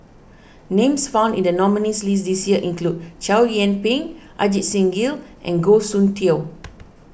names found in the nominees' list this year include Chow Yian Ping Ajit Singh Gill and Goh Soon Tioe